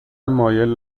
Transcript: مایل